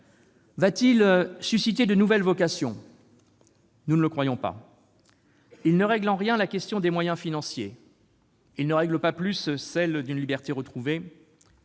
Va-t-il susciter de nouvelles vocations ? Nous ne le croyons pas. Il ne règle en rien la question des moyens financiers. Il ne règle pas plus celle d'une liberté retrouvée